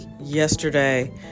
yesterday